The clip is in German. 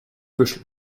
büschel